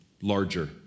larger